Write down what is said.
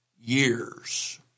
years